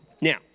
Now